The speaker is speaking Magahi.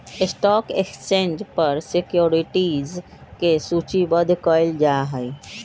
स्टॉक एक्सचेंज पर सिक्योरिटीज के सूचीबद्ध कयल जाहइ